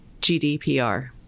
GDPR